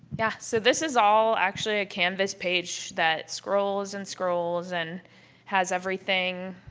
yeah so this is all actually a canvas page that scrolls and scrolls and has everything